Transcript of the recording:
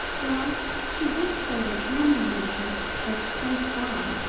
well, she did say the camel merchant was close by.